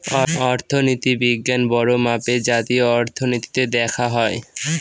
অর্থনীতি বিজ্ঞান বড়ো মাপে জাতীয় অর্থনীতিতে দেখা হয়